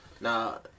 Now